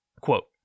Quote